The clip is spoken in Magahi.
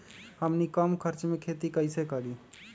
हमनी कम खर्च मे खेती कई से करी?